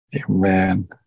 Amen